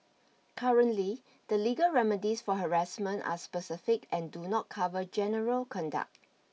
currently the legal remedies for harassment are specific and do not cover general conduct